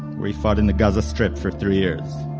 where he fought in the gaza strip for three years.